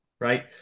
Right